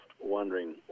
wondering